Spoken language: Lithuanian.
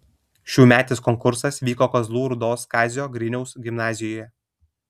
šiųmetis konkursas vyko kazlų rūdos kazio griniaus gimnazijoje